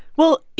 well,